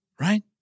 Right